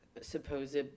supposed